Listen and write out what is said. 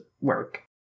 work